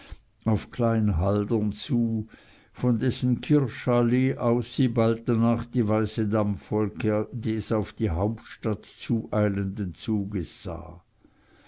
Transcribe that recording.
auf klein haldern zu von dessen kirschallee aus sie bald danach die weiße dampfwolke des auf die hauptstadt zueilenden zuges sah